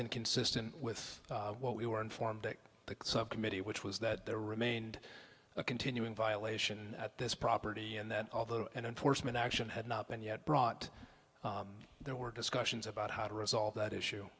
inconsistent with what we were informed the subcommittee which was that there remained a continuing violation at this property and that although enforcement action had not been yet brought there were discussions about how to resolve that issue